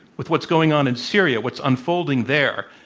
with what's going on in syria, what's unfolding there,